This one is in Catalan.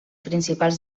principals